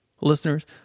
Listeners